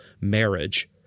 marriage